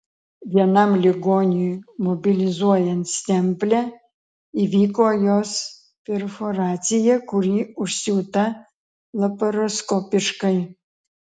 vienam ligoniui mobilizuojant stemplę įvyko jos perforacija kuri užsiūta laparoskopiškai